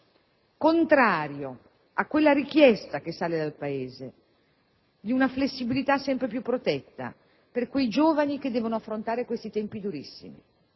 contrario a quella richiesta, che sale dal Paese, di una flessibilità sempre più protetta per quei giovani che devono affrontare questi tempi durissimi?